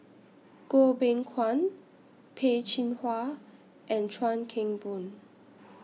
Goh Beng Kwan Peh Chin Hua and Chuan Keng Boon